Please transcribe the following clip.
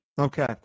Okay